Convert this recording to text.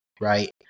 right